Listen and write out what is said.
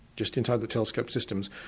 just inside the telescope systems,